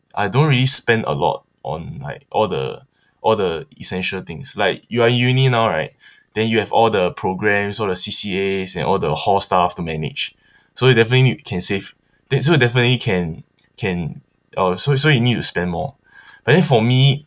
I don't really spend a lot on like all the all the essential things like you are in uni now right then you have all the programmes all the C_C_As and all the hall stuff to manage so definitely need can save so definitely you can can uh so so you need to spend more but then for me